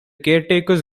caretakers